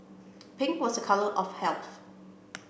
pink was a colour of health